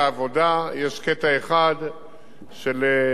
של התדיינות עם יישוב,